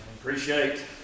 Appreciate